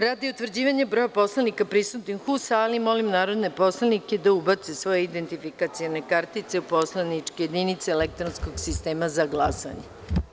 Radi utvrđivanja broja narodnih poslanika prisutnih u sali, molim narodne poslanike da ubace svoje identifikacione kartice u poslaničke jedinice elektronskog sistema za glasanje.